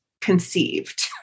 conceived